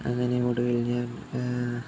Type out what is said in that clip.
അങ്ങനെ ഒടുവിൽ ഞാൻ